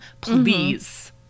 Please